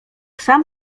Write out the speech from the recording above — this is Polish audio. sam